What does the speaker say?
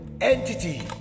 entity